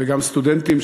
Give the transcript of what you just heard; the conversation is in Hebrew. וגם סטודנטים,